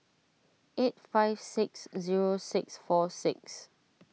eight five six zero six four six